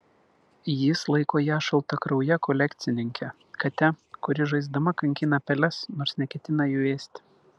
jis laiko ją šaltakrauje kolekcininke kate kuri žaisdama kankina peles nors neketina jų ėsti